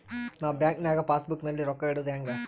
ನಾ ಬ್ಯಾಂಕ್ ನಾಗ passbook ನಲ್ಲಿ ರೊಕ್ಕ ಇಡುದು ಹ್ಯಾಂಗ್?